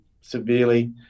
severely